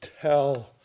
tell